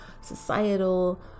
societal